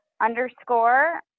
underscore